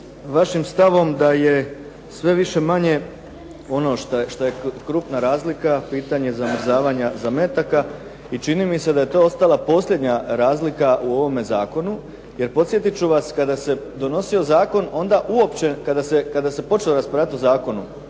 vašim stavom da je sve više manje ono što je krupna razlika, pitanje zamrzavanja zametaka i čini mi se da je to ostala posljednja razlika u ovom zakonu. Jer podsjetit ću vas kada se donosio zakon, kada se počelo raspravljati o zakonu,